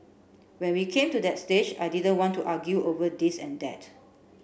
when we came to that stage I didn't want to argue over this and that